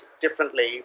differently